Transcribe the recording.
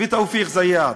ותופיק זיאד,